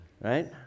right